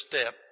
step